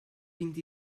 vint